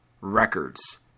records